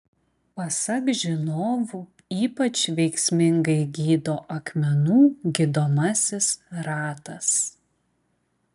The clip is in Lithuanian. pasak žinovų ypač veiksmingai gydo akmenų gydomasis ratas